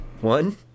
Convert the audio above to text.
one